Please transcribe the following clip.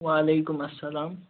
وعلیکُم اسلام